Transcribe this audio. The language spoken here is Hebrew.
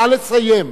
נא לסיים.